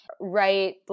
Right